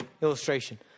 illustration